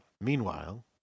Meanwhile